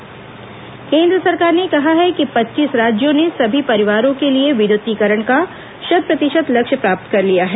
केन्द्र बिजली केन्द्र सरकार ने कहा है कि पच्चीस राज्यों ने सभी परिवारों के लिये विद्युतीकरण का शत प्रतिशत लक्ष्य प्राप्त कर लिया है